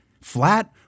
Flat